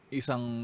isang